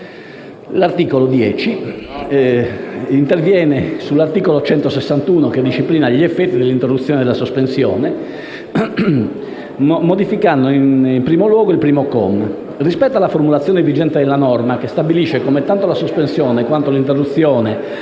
L'articolo 10 interviene sull'articolo 161, che disciplina gli effetti dell'interruzione e della sospensione modificandone, in primo luogo, il primo comma. Rispetto alla formulazione vigente della norma, che stabilisce come tanto la sospensione quanto l'interruzione